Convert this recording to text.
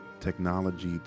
technology